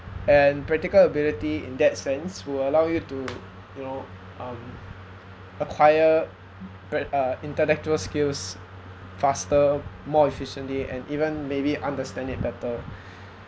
and practical ability in that sense will allow you to you know um acquire bre~ uh intellectual skills faster more efficiently and even maybe understand it better